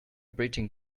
breaching